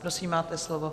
Prosím, máte slovo.